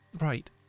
Right